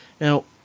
Now